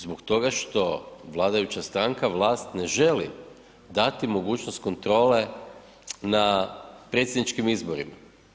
Zbog toga što vladajuća stranka, vlast ne želi dati mogućnost kontrole na predsjedničkim izborima.